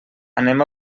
anem